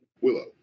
willow